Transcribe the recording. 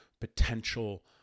potential